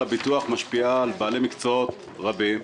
הביטוח משפיעה על בעלי מקצועות רבים.